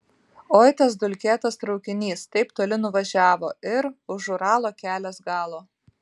oi tas dulkėtas traukinys taip toli nuvažiavo ir už uralo kelias galo